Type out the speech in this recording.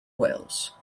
wales